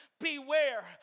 Beware